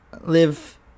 live